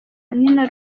nina